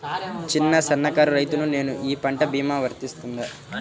చిన్న సన్న కారు రైతును నేను ఈ పంట భీమా వర్తిస్తుంది?